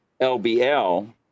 lbl